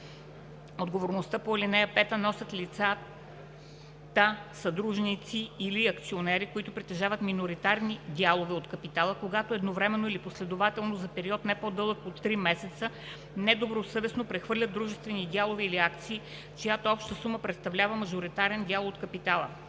Отговорността по ал. 5 носят и лицата, съдружници или акционери, които притежават миноритарни дялове от капитала, когато едновременно или последователно за период не по-дълъг от три месеца, недобросъвестно прехвърлят дружествени дялове или акции, чиято обща сума представлява мажоритарен дял от капитала.